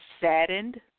saddened